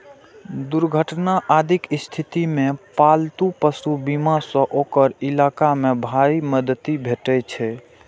दुर्घटना आदिक स्थिति मे पालतू पशु बीमा सं ओकर इलाज मे भारी मदति भेटै छै